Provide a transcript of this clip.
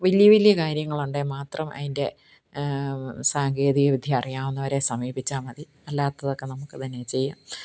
വലിയ വലിയ കാര്യങ്ങൾ ഉണ്ടെങ്കില് മാത്രം അതിന്റെ സാങ്കേതികവിദ്യ അറിയാവുന്നവരെ സമീപിച്ചാൽ മതി അല്ലാത്തതൊക്കെ നമുക്ക് തന്നെ ചെയ്യാം